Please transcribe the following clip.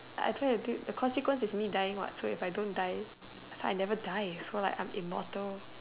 I try to deal the consequence is me dying what so if I don't die so I never die so like I'm immortal